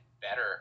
better